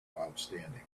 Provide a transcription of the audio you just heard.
outstanding